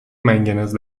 منگنز